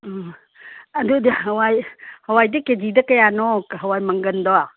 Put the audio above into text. ꯎꯝ ꯑꯗꯨꯗꯤ ꯍꯥꯋꯥꯏ ꯍꯥꯋꯥꯏꯗꯤ ꯀꯦ ꯖꯤꯗ ꯀꯌꯥꯅꯣ ꯍꯥꯋꯥꯏ ꯃꯪꯒꯟꯗꯣ